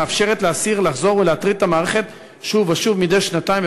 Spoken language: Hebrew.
מאפשרת לאסיר לחזור ולהטריד את המערכת שוב ושוב מדי שנתיים,